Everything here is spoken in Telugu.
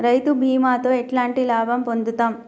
రైతు బీమాతో ఎట్లాంటి లాభం పొందుతం?